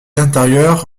intérieure